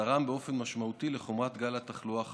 ותרם באופן משמעותי לחומרת גל התחלואה האחרון.